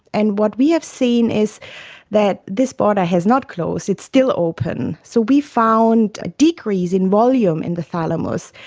and what we have seen is that this border has not closed, it's still open. so we found a decrease in volume in the thalamus,